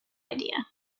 idea